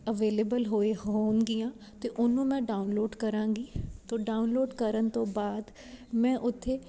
available ਹੋਈ ਹੋਣਗੀਆਂ ਤੇ ਉਹਨੂੰ ਮੈਂ ਡਾਊਨਲੋਡ ਕਰਾਂਗੀ ਤੋ ਡਾਊਨਲੋਡ ਕਰਨ ਤੋਂ ਬਾਅਦ ਮੈਂ ਓਥੇ